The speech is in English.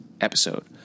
episode